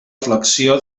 flexió